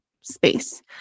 space